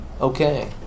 Okay